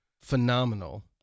phenomenal